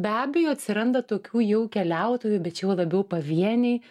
be abejo atsiranda tokių jau keliautojų bet čia jau labiau pavieniai